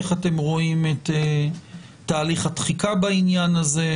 איך אתם רואים את תהליך התחיקה בעניין הזה,